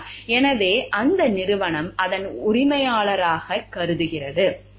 எனவே அந்த நிறுவனம் அதன் உரிமையாளராக கருதுகிறது